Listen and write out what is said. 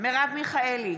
מרב מיכאלי,